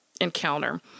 encounter